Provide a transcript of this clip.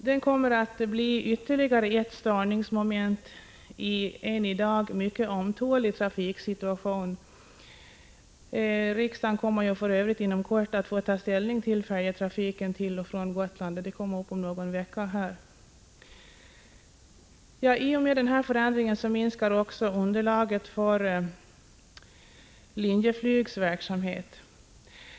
Den kommer att bli ytterligare ett störningsmoment i en i dag mycket ömtålig trafiksituation. Riksdagen kommer för övrigt inom någon vecka att få ta ställning till frågan om färjetrafiken till och från Gotland. I och med denna förändring minskar också underlaget för Linjeflygs verksamhet.